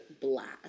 blast